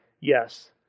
yes